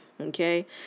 Okay